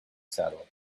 saddle